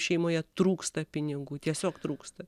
šeimoje trūksta pinigų tiesiog trūksta